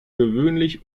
gewöhnlich